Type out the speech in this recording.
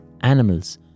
animals